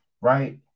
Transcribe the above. right